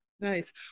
nice